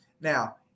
Now